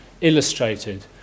illustrated